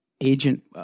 agent